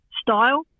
style